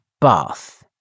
bath